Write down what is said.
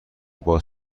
باز